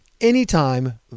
anytime